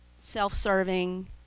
self-serving